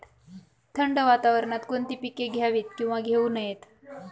थंड वातावरणात कोणती पिके घ्यावीत? किंवा घेऊ नयेत?